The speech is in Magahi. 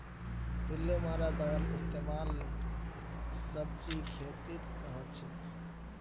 पिल्लू मारा दाबार इस्तेमाल सब्जीर खेतत हछेक